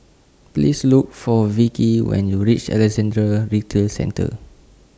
Please Look For Vikki when YOU REACH Alexandra Retail Centre